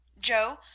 Joe